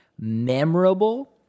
memorable